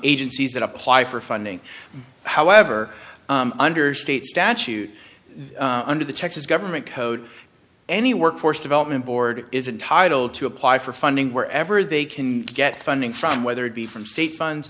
agencies that apply for funding however under state statute under the texas government code any workforce development board is entitled to apply for funding wherever they can get funding from whether it be from state funds